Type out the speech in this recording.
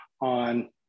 on